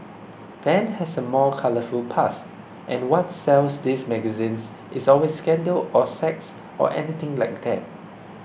ben has a more colourful past and what sells these magazines is always scandal or sex or anything like that